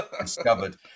discovered